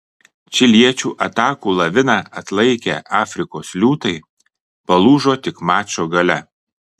čiliečių atakų laviną atlaikę afrikos liūtai palūžo tik mačo gale